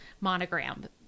monogram